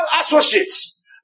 associates